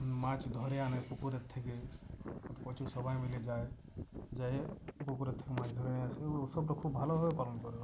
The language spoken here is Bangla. মাছ ধরে আনে পুকুরের থেকে প্রচুর সবাই মিলে যায় গিয়ে পুকুরের থেকে মাছ ধরে নিয়ে আসে এবং উৎসবটা খুব ভালোভাবে পালন করে ওরা